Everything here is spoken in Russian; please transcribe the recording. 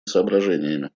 соображениями